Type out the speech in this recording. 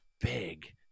big